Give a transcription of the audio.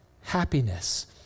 happiness